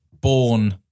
born